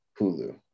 Hulu